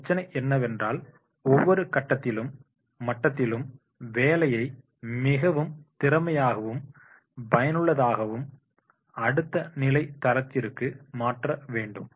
பிரச்சினை என்னவென்றால் ஒவ்வொரு கட்டத்திலும் மட்டத்திலும் வேலையை மிகவும் திறமையாகவும் பயனுள்ளதாகவும் அடுத்த நிலை தரத்திற்கு மாற்ற வேண்டும்